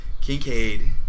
Kincaid